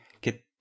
get